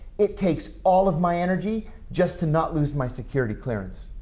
it takes all of my energy just to not lose my security clearance.